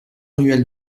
ruelle